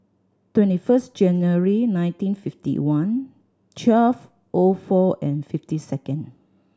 twenty first January nineteen fifty one twelve O four and fifty second